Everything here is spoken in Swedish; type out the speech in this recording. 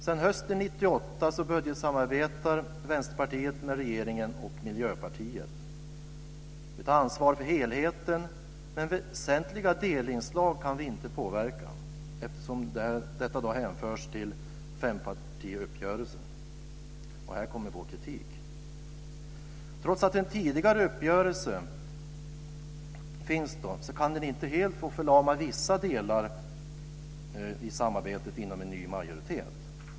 Sedan hösten 1998 budgetsamarbetar Vänsterpartiet med regeringen och Miljöpartiet. Vi tar ansvar för helheten, men väsentliga delinslag kan vi inte påverka, eftersom detta hänförs till fempartiuppgörelsen. Här kommer vår kritik. Trots att en tidigare uppgörelse finns kan den inte helt få förlama vissa delar i samarbetet inom en ny majoritet.